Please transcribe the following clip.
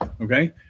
Okay